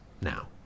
now